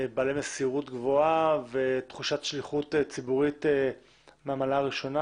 בעלי מסירות גבוהה ותחושת שליחות ציבורית מהמעלה הראשונה.